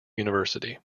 university